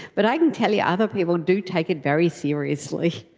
but i can tell you, other people do take it very seriously.